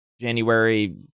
January